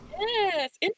yes